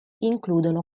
includono